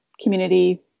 community